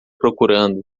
procurando